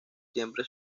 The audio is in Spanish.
siempre